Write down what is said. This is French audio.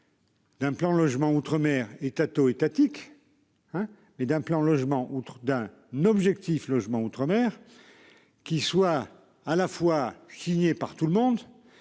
D'un plan logement outre-mer et Tato étatique. Hein mais d'un plan logement outre-d'un n'Objectif logement outre-mer. Qui soit à la fois signé par tout le monde,